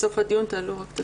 בסוף הדיון תעלו את הסיוע.